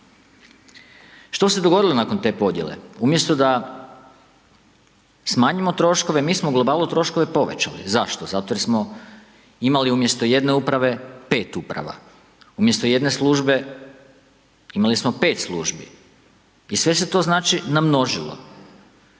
Što se dogodilo nakon te podijele? Umjesto da smanjimo troškove, mi smo u globalu troškove povećali. Zašto? Zato jer smo imali umjesto jedne uprave, 5 uprava. Umjesto jedne službe imali smo 5 službi. I sve se to, znači, namnožilo